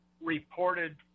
reported